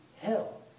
hell